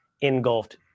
engulfed